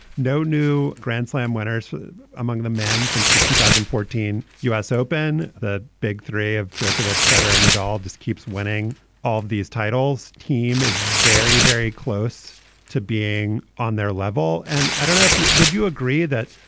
no new grand slam winner is among the men since the two thousand and fourteen u s. open. the big three of djokovic, federer, and it all just keeps winning of these titles. team is very, very close to being on their level. and i don't know if would you agree that,